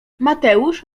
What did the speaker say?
mateusz